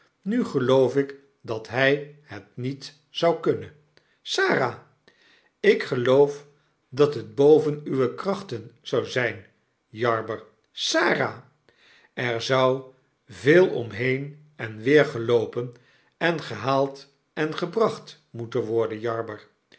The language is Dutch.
nu geloof ik dat hy het niet zou kunnen sarah ik geloof dat het boven uwe krachten zou zyn jarber sarah i er zou veel om heen en weer geloopen en gehaald en gebracht moeten worden